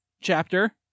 chapter